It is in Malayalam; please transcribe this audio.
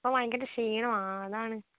ഇപ്പോൾ ഭയങ്കര ക്ഷീണമാണ് അതാണ്